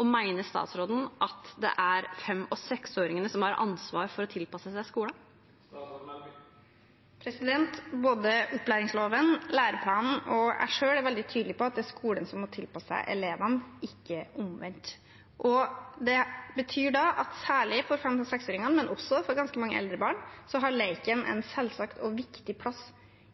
og mener statsråden at det er fem- og seksåringene som har ansvar for å tilpasse seg skolen? Både opplæringsloven, læreplanen og jeg selv er veldig tydelig på at det er skolen som må tilpasse seg elevene, ikke omvendt. Det betyr at særlig for fem- og seksåringene, men også for ganske mange eldre barn, har leken en selvsagt og viktig plass,